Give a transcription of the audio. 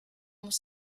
muss